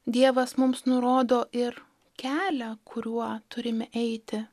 dievas mums nurodo ir kelią kuriuo turim eiti